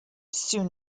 soon